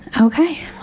Okay